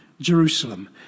Jerusalem